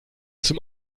zum